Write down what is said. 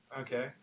Okay